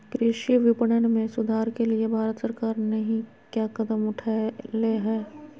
कृषि विपणन में सुधार के लिए भारत सरकार नहीं क्या कदम उठैले हैय?